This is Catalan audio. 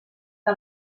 que